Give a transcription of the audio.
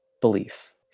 belief